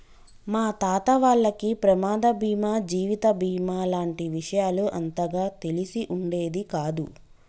మా తాత వాళ్లకి ప్రమాద బీమా జీవిత బీమా లాంటి విషయాలు అంతగా తెలిసి ఉండేది కాదు